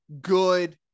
good